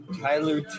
tyler